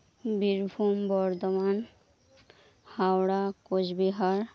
Birbhum Bardhaman Howrah Cooch Behar